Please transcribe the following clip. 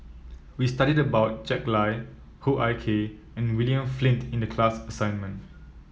we studied about Jack Lai Hoo Ah Kay and William Flint in the class assignment